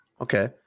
Okay